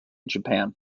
japan